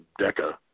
DECA